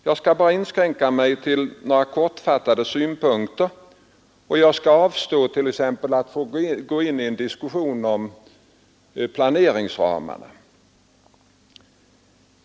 Jag skall inskränka mig till några kortfattade synpunkter, och jag skall avstå från att ge mig in på någon diskussion om planeringsramarna.